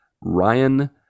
Ryan